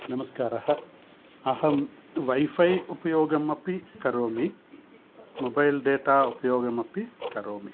नमस्कारः अहं वैफै उपयोगम् अपि करोमि मोबैल् डेटा उपयोगम् अपि करोमि